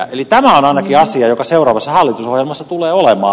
eli tämä on ainakin asia joka seuraavassa hallitusohjelmassa tulee olemaan